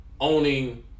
owning